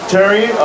Terry